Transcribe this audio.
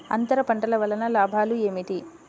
అంతర పంటల వలన లాభాలు ఏమిటి?